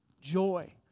joy